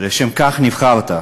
לשם כך נבחרת.